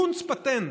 קונץ פטנט,